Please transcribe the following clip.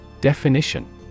Definition